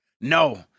No